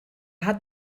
hat